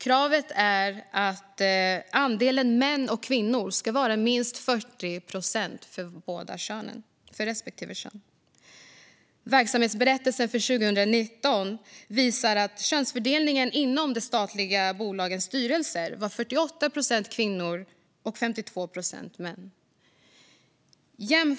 Kravet är att andelen män respektive kvinnor ska vara minst 40 procent. Verksamhetsberättelsen för 2019 visar att könsfördelningen i de statliga bolagens styrelser var 48 procent kvinnor och 52 procent män.